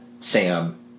Sam